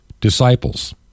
disciples